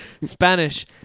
Spanish